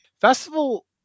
Festival